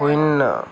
শূন্য